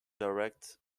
direct